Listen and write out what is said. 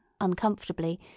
uncomfortably